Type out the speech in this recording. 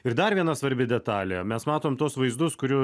ir dar viena svarbi detalė mes matom tuos vaizdus kurių